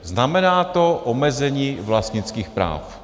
Znamená to omezení vlastnických práv.